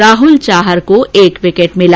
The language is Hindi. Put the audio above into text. राहल चहर को एक विकेट मिला